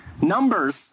numbers